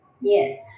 Yes